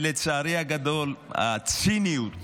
לצערי הגדול, הציניות